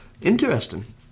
Interesting